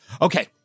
Okay